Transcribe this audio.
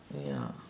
ya